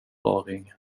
raring